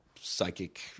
psychic